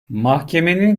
mahkemenin